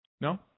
No